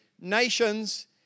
nations